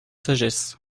sagesse